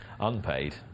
unpaid